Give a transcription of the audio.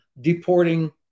deporting